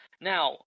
now